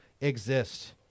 Exist